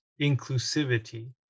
inclusivity